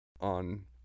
on